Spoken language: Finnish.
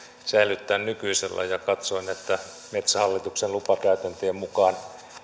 säilyttää nykyisellään ja katsoin että metsähallituksen lupakäytäntöjen mukaan